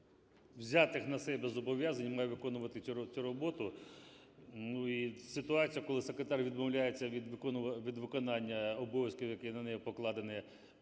взятих на себе зобов'язань має виконувати цю роботу. І ситуація, коли секретар відмовляється від виконання обов'язків, які на нього покладені